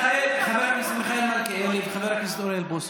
חבר הכנסת מיכאל מלכיאלי וחבר הכנסת אוריאל בוסו,